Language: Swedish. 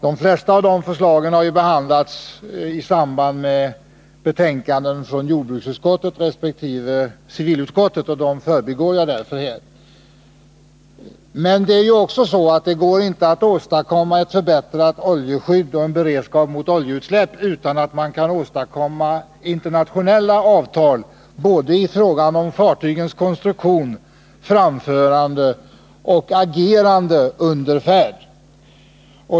De flesta av de förslagen har ju behandlats i samband med betänkanden från jordbruksutskottet resp. civilutskottet, och dem förbigår jag därför helt. Det går inte att åstadkomma ett förbättrat oljeskydd och en beredskap mot oljeutsläpp, om man inte kan åstadkomma internationella avtal i fråga om fartygens konstruktion, framförande och agerande under färd.